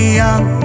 young